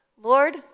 Lord